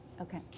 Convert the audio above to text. Okay